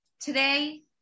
Today